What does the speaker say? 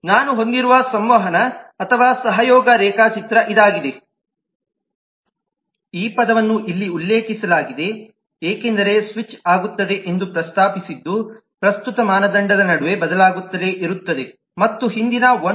ನಾನು ಹೊಂದಿರುವ ಸಂವಹನ ಅಥವಾ ಸಹಯೋಗ ರೇಖಾಚಿತ್ರ ಇದಾಗಿದೆ ಈ ಪದವನ್ನು ಇಲ್ಲಿ ಉಲ್ಲೇಖಿಸಲಾಗಿದೆ ಏಕೆಂದರೆ ಸ್ವಿಚ್ ಆಗುತ್ತದೆ ಎಂದು II ಪ್ರಸ್ತಾಪಿಸಿದ್ದು ಪ್ರಸ್ತುತ ಮಾನದಂಡದ ನಡುವೆ ಬದಲಾಗುತ್ತಲೇ ಇರುತ್ತದೆ ಮತ್ತು ಹಿಂದಿನ 1